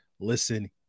listen